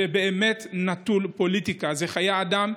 זה באמת נטול פוליטיקה, זה חיי אדם.